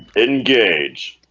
engage